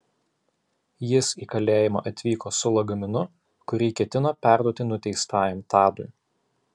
jis į kalėjimą atvyko su lagaminu kuri ketino perduoti nuteistajam tadui